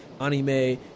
anime